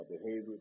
behavior